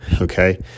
Okay